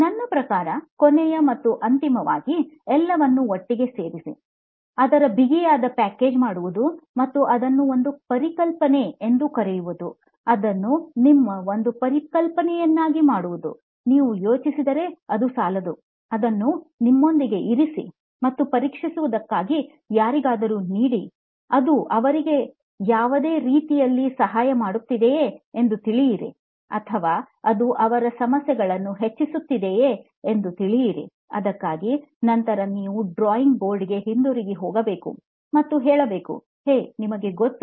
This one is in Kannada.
ನನ್ನ ಪ್ರಕಾರ ಕೊನೆಯ ಮತ್ತು ಅಂತಿಮವಾಗಿ ಎಲ್ಲವನ್ನೂ ಒಟ್ಟಿಗೆ ಸೇರಿಸಿ ಅದರ ಬಿಗಿಯಾದ ಪ್ಯಾಕೇಜ್ ಮಾಡುವುದು ಮತ್ತು ಅದನ್ನು ಒಂದು ಪರಿಕಲ್ಪನೆ ಎಂದು ಕರೆಯುವುದು ಅದನ್ನು ನಿಮ್ಮ ಒಂದು ಪರಿಕಲ್ಪನೆಯನ್ನಾಗಿ ಮಾಡುವುದು ನೀವು ಯೋಚಿಸಿದರೆ ಅದು ಸಾಲದು ಅದನ್ನು ನಿಮ್ಮೊಂದಿಗೆ ಇರಿಸಿ ಮತ್ತು ಪರೀಕ್ಷಿಸುವುದಕ್ಕಾಗಿ ಯಾರಿಗಾದರೂ ನೀಡಿ ಅದು ಅವರಿಗೆ ಯಾವುದೇ ರೀತಿಯಲ್ಲಿ ಸಹಾಯ ಮಾಡುತ್ತದೆಯೇ ಎಂದು ತಿಳಿಯಿರಿ ಅಥವಾ ಅದು ಅವರ ಸಮಸ್ಯೆಗಳನ್ನು ಹೆಚ್ಚಿಸುತ್ತಿದೆಯೇ ಎಂದು ತಿಳಿಯಿರಿ ಅದಕ್ಕಾಗಿ ನಂತರ ನೀವು ಡ್ರಾಯಿಂಗ್ ಬೋರ್ಡ್ಗೆ ಹಿಂತಿರುಗಿ ಹೋಗಬೇಕು ಮತ್ತು ಹೇಳಬೇಕು ಹೇ ನಿಮಗೆ ಏನು ಗೊತ್ತು